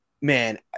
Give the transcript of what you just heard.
Man